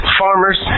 farmers